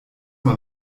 mal